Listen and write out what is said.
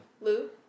Lou